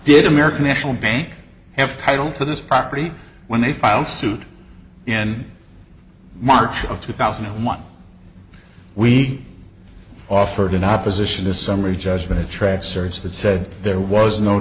did american national bank have title to this property when they filed suit in march of two thousand and one we offered an opposition a summary judgment a track search that said there was no